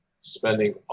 spending